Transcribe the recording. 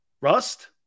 Rust